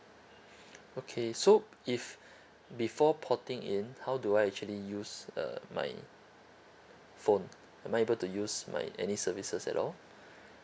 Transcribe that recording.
okay so if before porting in how do I actually use uh my phone am I able to use my any services at all